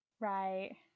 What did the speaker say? right